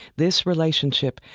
this relationship,